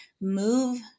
move